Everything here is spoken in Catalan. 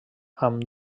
amb